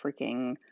freaking